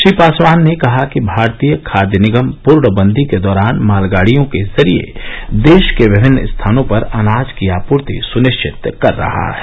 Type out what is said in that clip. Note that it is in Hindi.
श्री पासवान ने कहा कि भारतीय खाद्य निगम पूर्णवंदी के दौरान मालगाड़ियों के जरिए देश के विभिन्न स्थानों पर अनाज की आपूर्ति सुनिश्चित कर रहा है